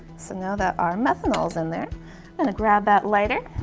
so now that our methanols in there gonna grab that lighter